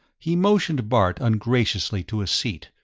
he motioned bart ungraciously to a seat,